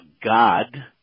God